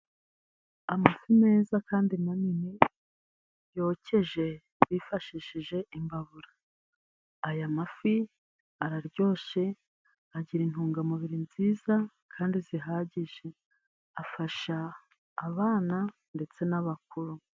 Amafi meza kandi manini yokeje bifashishije imbabura. Aya mafi araryoshye， agira intungamubiri nziza， kandi zihagije. Afasha abana ndetse n'abakuru.